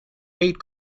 eight